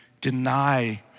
deny